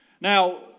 Now